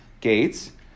gates